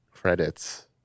credits